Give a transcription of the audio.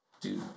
Dude